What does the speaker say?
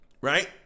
Right